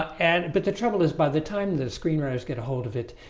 and but the trouble is by the time the screenwriters get a hold of it,